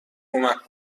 کمک